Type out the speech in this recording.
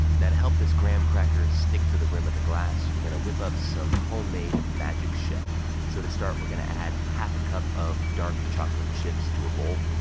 now, to help this graham cracker stick to the rim of the glass, we're gonna whip up some homemade magic shell. so, to start we're gonna add half a cup of dark chocolate chips to a bowl,